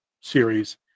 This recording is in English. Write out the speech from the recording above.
series